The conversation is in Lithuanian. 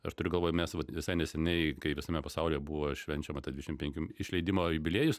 aš turiu galvoj mes visai neseniai kai visame pasaulyje buvo švenčiama ta dvidešim penkių išleidimo jubiliejus